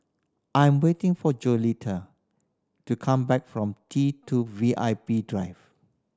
I'm waiting for to come back from T Two V I P Drive